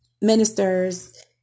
ministers